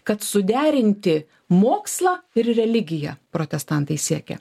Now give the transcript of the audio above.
kad suderinti mokslą ir religiją protestantai siekė